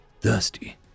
thirsty